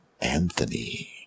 Anthony